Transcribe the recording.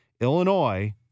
Illinois